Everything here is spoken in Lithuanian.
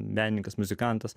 menininkas muzikantas